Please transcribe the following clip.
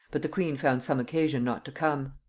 but the queen found some occasion not to come.